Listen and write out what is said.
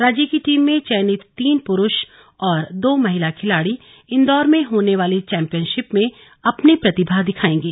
राज्य की टीम में चयनित तीन पुरुष और दो महिला खिलाड़ी इंदौर में होने वाली चौंपियनशिप में अपनी प्रतिभा दिखाएंगे